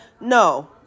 No